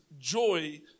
Joy